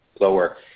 lower